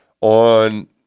on